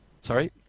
Sorry